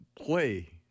play